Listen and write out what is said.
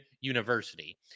University